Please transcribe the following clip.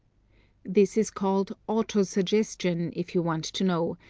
this is called auto-suggestion, if you want to know,